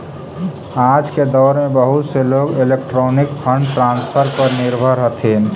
आज के दौर में बहुत से लोग इलेक्ट्रॉनिक फंड ट्रांसफर पर निर्भर हथीन